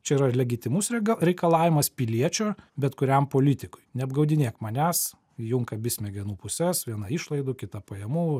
čia yra legitimus rega reikalavimas piliečio bet kuriam politikui neapgaudinėk manęs įjuk abi smegenų puses viena išlaidų kita pajamų